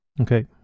Okay